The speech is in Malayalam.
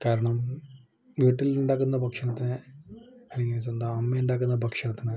കാരണം വീട്ടിൽ ഉണ്ടാക്കുന്ന ഭക്ഷണത്തിന് അല്ലെങ്കിൽ സ്വന്തം അമ്മ ഉണ്ടാക്കുന്ന ഭക്ഷണത്തിന്